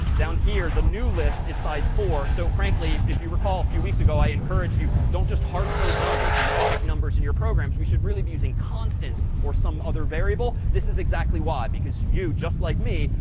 down here the new list is size four. so frankly, if you recall a few weeks ago, i encouraged you, don't just hard code numbers, magic numbers, in your programs. we should really be using constants or some other variable. this is exactly why, because you, just like me,